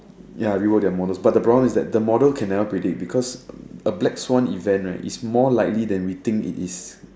ya rework their models but the problem is that the model can never predict because um a black Swan event right is more likely than we think it is